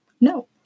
No